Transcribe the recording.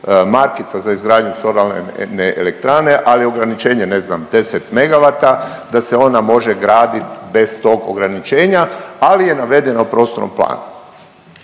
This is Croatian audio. markica za izgradnju solarne elektrane, ali je ograničenje, ne znam, 10 MW, da se ona može graditi bez tog ograničenja, ali je navedeno u prostornom planu.